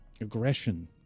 aggression